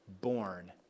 born